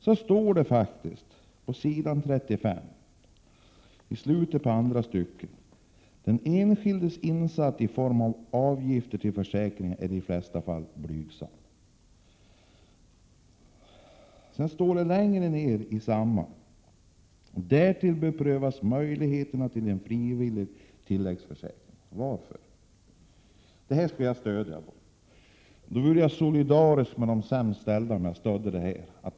Där står faktiskt i slutet av andra stycket på s. 35: ”Den enskildes insats i form av avgifter till försäkringen är i de flesta fall blygsam.” Längre ned på samma sida heter det: ”Därtill bör prövas möjligheterna till frivilliga tilläggsförsäkringar.” Varför det? Det här skulle jag alltså stödja — då vore jag solidarisk med de sämst ställda.